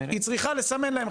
היא צריכה לסמן להם,